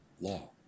law